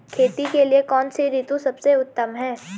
खेती के लिए कौन सी ऋतु सबसे उत्तम है?